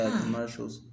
commercials